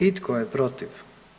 I tko je protiv?